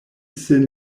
sin